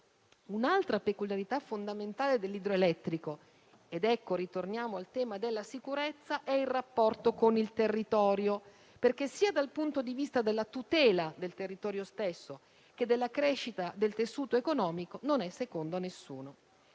Un'altra peculiarità fondamentale dell'idroelettrico - e torniamo al tema della sicurezza - è il rapporto con il territorio perché, sia dal punto di vista della tutela del territorio stesso che della crescita del tessuto economico, non è secondo a nessuno.